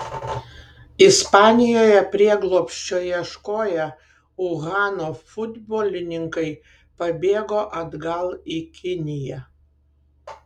ispanijoje prieglobsčio ieškoję uhano futbolininkai pabėgo atgal į kiniją